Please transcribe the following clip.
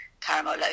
caramel